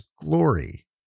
glory